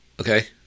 Okay